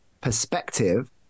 perspective